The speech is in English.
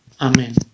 Amen